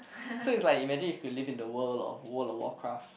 so is like imagine you can live the world of world of world craft